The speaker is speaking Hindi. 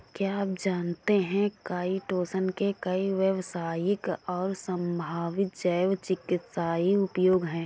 क्या आप जानते है काइटोसन के कई व्यावसायिक और संभावित जैव चिकित्सीय उपयोग हैं?